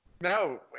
No